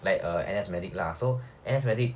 like a N_S medic lah so and N_S medic